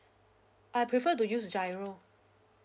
I prefer to use giro